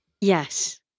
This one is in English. yes